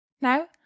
now